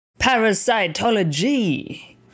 parasitology